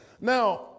Now